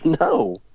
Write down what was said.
No